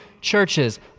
churches